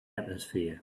atmosphere